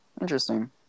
Interesting